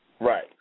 Right